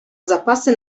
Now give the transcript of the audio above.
zapasy